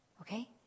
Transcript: Okay